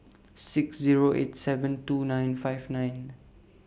six Zero eight seven two nine five nine